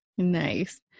Nice